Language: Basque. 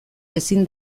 ezin